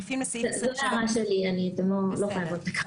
זאת ההערה שלי, אתן לא חייבות לקבל את זה.